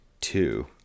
Two